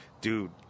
Dude